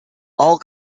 all